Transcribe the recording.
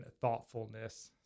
thoughtfulness